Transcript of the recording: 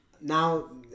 Now